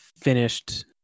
finished